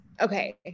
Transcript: okay